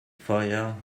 feuer